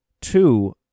Two